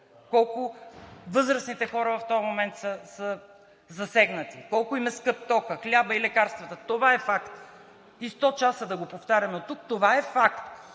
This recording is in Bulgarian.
колко възрастните хора в този момент са засегнати, колко им е скъп токът, хлябът и лекарствата – това е факт! И сто часа да го повтаряме тук – това е факт!